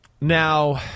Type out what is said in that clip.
Now